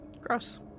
gross